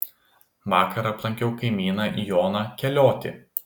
vakar aplankiau kaimyną joną keliotį